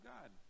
God